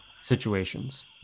situations